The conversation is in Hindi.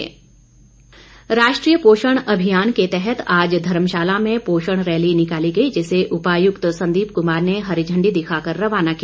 पोषण अभियान राष्ट्रीय पोषण अभियान के तहत आज धर्मशाला में पोषण रैली निकाली गई जिसे उपायुक्त संदीप कमार ने हरी झंडी दिखाकर रवाना किया